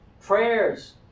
prayers